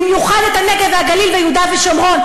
במיוחד את הנגב והגליל ויהודה ושומרון,